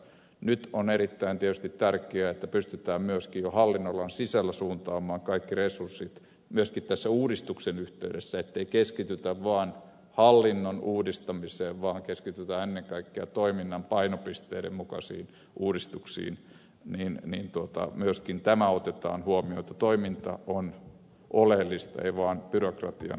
nyt on tietysti erittäin tärkeää että pystytään myöskin jo hallinnonalan sisällä suuntaamaan kaikki resurssit myöskin tämän uudistuksen yhteydessä ettei keskitytä vaan hallinnon uudistamiseen vaan keskitytään ennen kaikkea toiminnan painopisteiden mukaisiin uudistuksiin ja myöskin otetaan huomioon se että toiminta on oleellista ei vaan byrokratian pyörittäminen